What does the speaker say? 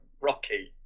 rocky